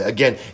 Again